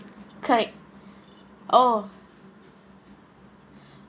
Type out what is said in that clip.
correct oh